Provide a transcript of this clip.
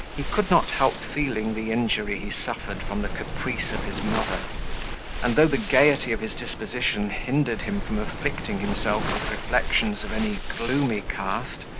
he could not help feeling the injury he suffered from the caprice of his mother and though the gaiety of his disposition hindered him from afflicting himself with reflections of any gloomy cast,